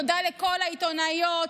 תודה לכל העיתונאיות,